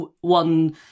one